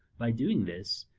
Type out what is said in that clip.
by doing this,